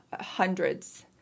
hundreds